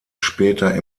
später